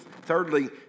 Thirdly